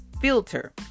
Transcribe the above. filter